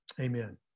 Amen